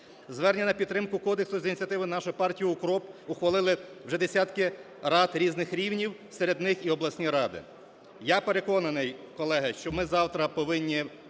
Звернення на підтримку кодексу за ініціативи нашої партії УКРОП ухвалили вже десятки рад різних рівнів, серед них і обласні ради. Я переконаний, колеги, що ми завтра повинні,